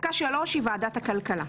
פסקה (3) היא ועדת הכלכלה,